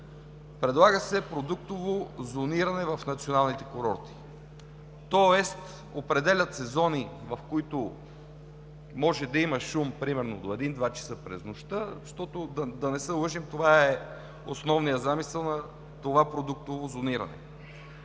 предлага се продуктово зониране в националните курорти, тоест определят се зони, в които може да има шум примерно до 1 и 2 часа през нощта, защото да не се лъжем, това е основният замисъл на това продуктово зониране.